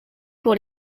pour